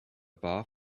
bar